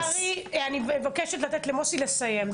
שלמה קרעי, אני מבקשת לתת למוסי לסיים.